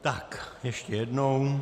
Tak ještě jednou.